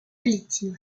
pléistocène